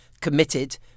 committed